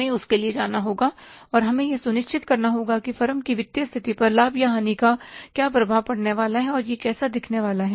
हमें उसके लिए जाना होगा और हमें यह सुनिश्चित करना होगा कि फर्म की वित्तीय स्थिति पर लाभ या हानि का क्या प्रभाव पड़ने वाला है और यह कैसा दिखने वाला है